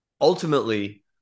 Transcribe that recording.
Ultimately